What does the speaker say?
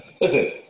Listen